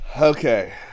Okay